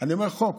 אני אומר: החוק